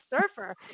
surfer